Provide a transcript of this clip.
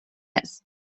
است